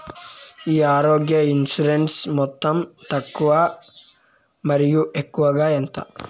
ఈ ఆరోగ్య ఇన్సూరెన్సు మొత్తం తక్కువ మరియు ఎక్కువగా ఎంత?